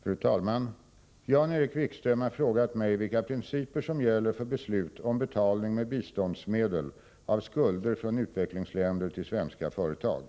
Fru talman! Jan-Erik Wikström har frågat mig vilka principer som gäller Om principerna för för beslut om betalning med biståndsmedel av skulder från utvecklingsländer — använ. dningen av till svenska företag.